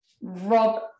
Rob